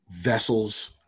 vessels